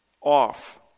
off